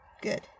Good